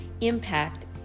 impact